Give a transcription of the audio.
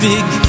Big